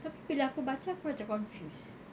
tapi bila aku baca aku macam confused